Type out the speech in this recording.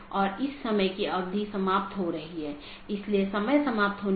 यह हर BGP कार्यान्वयन के लिए आवश्यक नहीं है कि इस प्रकार की विशेषता को पहचानें